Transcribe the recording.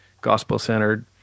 gospel-centered